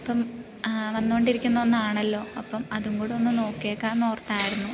ഇപ്പം വന്നു കൊണ്ടിരുക്കുന്ന ഒന്നാണെല്ലോ അപ്പം അതും കൂടൊന്ന് നോക്കി നോക്കാംന്ന് ഓർത്തായിരുന്നു